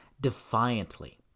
defiantly